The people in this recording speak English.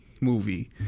movie